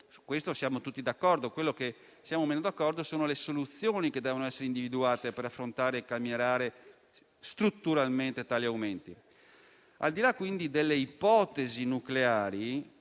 Su questo siamo tutti d'accordo; ciò su cui siamo meno d'accordo sono le soluzioni che devono essere individuate per affrontare e calmierare strutturalmente tali aumenti. Al di là quindi delle ipotesi nucleari,